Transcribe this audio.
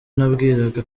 nabwiraga